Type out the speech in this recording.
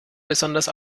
besonders